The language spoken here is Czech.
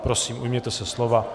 Prosím, ujměte se slova.